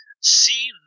see